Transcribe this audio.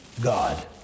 God